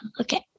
Okay